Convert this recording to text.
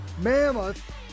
Mammoth